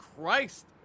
Christ